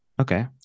Okay